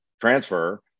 transfer